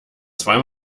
zwei